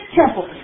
temple